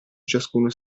ciascuno